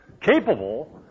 capable